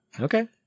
okay